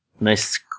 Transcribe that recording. Nice